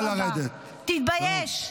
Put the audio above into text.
ילדים קטנים, כמה שנאה יש לכם.